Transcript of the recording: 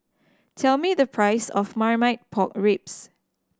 tell me the price of Marmite Pork Ribs